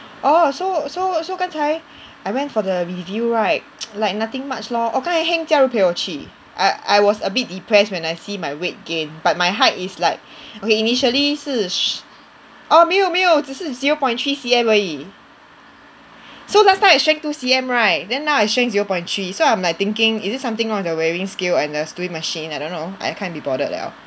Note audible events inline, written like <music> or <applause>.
orh so so so 刚才 I went for the review right <noise> like nothing much lor orh 刚才 heng Jia Ru 陪我去 I I was a bit depressed when I see my weight gain but my height is like okay initially 是 orh 没有没有只是 zero point three C_M 而已 so last time I shrank two C_M right then now I shrank zero point three so I'm like thinking is it something wrong with the weighing scale and the stupid machine I don't know I can't be bothered 了